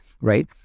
right